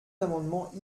amendements